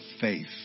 faith